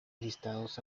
listados